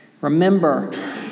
Remember